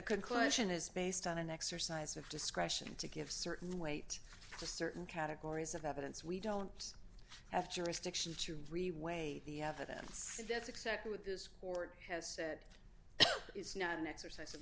conclusion is based on an exercise of discretion to give certain weight to certain categories of evidence we don't have jurisdiction to reweigh the evidence and that's exactly with this court has said it's not an exercise of